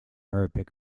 arabic